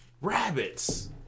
rabbits